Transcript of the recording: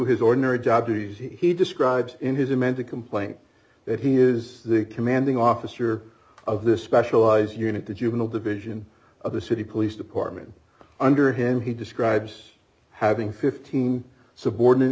his ordinary job duties he describes in his amended complaint that he is the commanding officer of this specialized d unit the juvenile division of the city police department under him he describes having fifteen subordinate